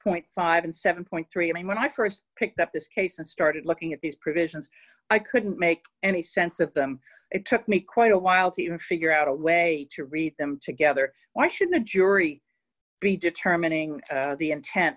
point five and seven three i mean when i st picked up this case and started looking at these provisions i couldn't make any sense of them it took me quite a while to figure out a way to read them together why should the jury be determining the intent